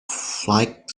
flight